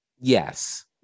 Yes